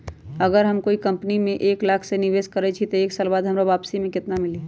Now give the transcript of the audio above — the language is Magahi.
अगर हम कोई कंपनी में एक लाख के निवेस करईछी त एक साल बाद हमरा वापसी में केतना मिली?